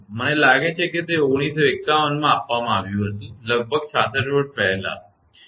મને લાગે છે કે તે 1951 માં આપવામાં આવ્યું હતું લગભગ 66 વર્ષ પહેલાં બરાબર